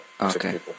okay